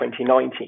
2019